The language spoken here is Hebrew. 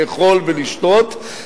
לאכול ולשתות,